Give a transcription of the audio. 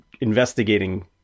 investigating